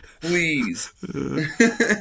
please